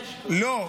אשכול,